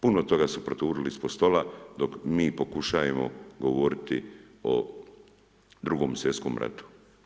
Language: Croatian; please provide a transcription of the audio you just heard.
Puno toga su proturili ispod stola dok mi pokušavamo govoriti o Drugom svjetskom ratu.